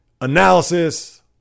analysis